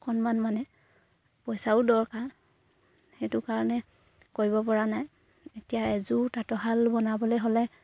অকণমান মানে পইচাও দৰকাৰ সেইটো কাৰণে কৰিব পৰা নাই এতিয়া এযোৰ তাঁতশাল বনাবলে হ'লে